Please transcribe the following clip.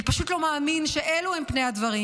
אני פשוט לא מאמין שאלו הם פני הדברים.